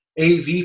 AV